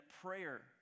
prayer